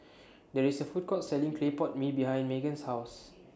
There IS A Food Court Selling Clay Pot Mee behind Magen's House